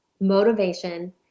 motivation